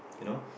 you know